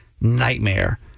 nightmare